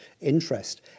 interest